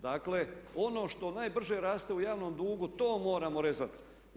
Dakle, ono što najbrže raste u javnom dugu to moramo rezati.